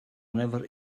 never